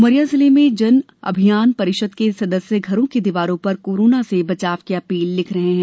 उमरिया जिले में जन अभियान परिषद के सदस्य घरों की दीवारों पर कोरोना से बचाव की अपील लिख रहे हैं